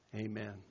amen